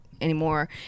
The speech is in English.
anymore